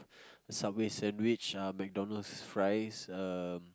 Subway sandwich uh McDonald's fries um